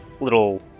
little